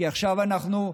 כי עכשיו אנחנו,